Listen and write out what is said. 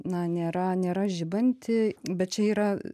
na nėra nėra žibanti bet čia yra